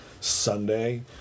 Sunday